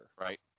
right